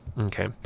Okay